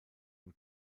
ein